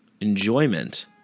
enjoyment